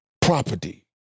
property